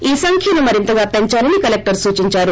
ఈ సంఖ్యను మరింతగా పెందాలని కలెక్టర్ సూచిందారు